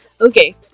Okay